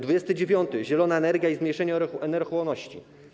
Dwudziestego dziewiątego - zielona energia i zmniejszenie energochłonności.